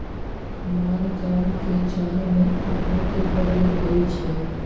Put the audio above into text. माल जाल के चारा में अन्नो के प्रयोग होइ छइ